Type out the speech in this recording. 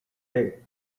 way